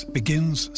begins